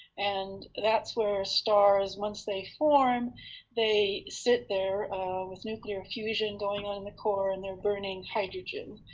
and that's where stars, once they form they sit there with nuclear fusion going on in the core, and they're burning hydrogen.